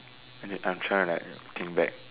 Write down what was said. wait I'm trying to like think back